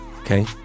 okay